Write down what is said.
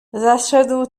zaszedł